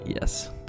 Yes